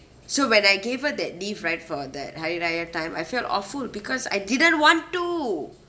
so when I gave her that leave right for that hari raya time I felt awful because I didn't want to